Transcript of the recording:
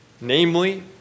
namely